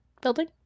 building